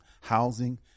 Housing